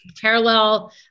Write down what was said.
parallel